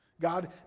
God